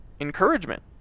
encouragement